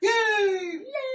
Yay